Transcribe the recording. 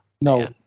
No